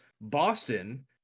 Boston